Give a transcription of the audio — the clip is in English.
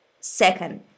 second